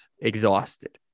exhausted